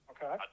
Okay